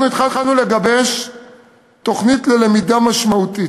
אנחנו התחלנו לגבש תוכנית ללמידה משמעותית.